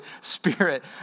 Spirit